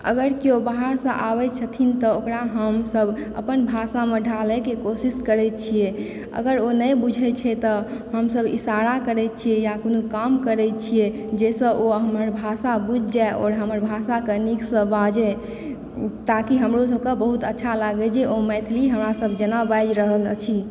अगर केओ बाहर से आबै छथिन तऽ ओकरा हम सब अपन भाषा मे ढालय के कोशिश करै छियै अगर ओ नहि बुझै छै तऽ हमसब इशारा करै छियै या कोनो काम करै छियै जाहिसॅं ओ हमर भाषा बुझि जाइ आओर हमर भाषा के नीक सॅं बाजय ताकि हमरो सबके बहुत अच्छा लागय जे ओ मैथिली हमरा सब जेना बाजि रहल अछि